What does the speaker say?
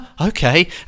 okay